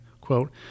quote